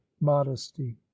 modesty